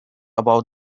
about